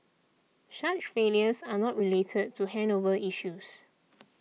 such failures are not related to handover issues